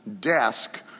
desk